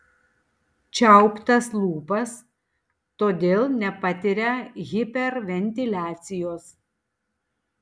čiauptas lūpas todėl nepatiria hiperventiliacijos